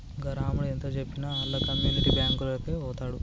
గా రామడు ఎంతజెప్పినా ఆళ్ల కమ్యునిటీ బాంకులకే వోతడు